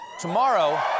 Tomorrow